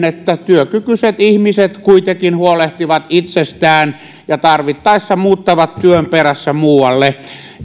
että työkykyiset ihmiset kuitenkin huolehtivat itsestään ja tarvittaessa muuttavat työn perässä muualle